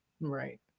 Right